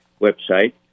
website